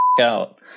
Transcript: out